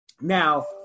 now